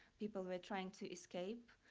people were trying to escape,